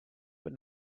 but